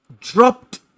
dropped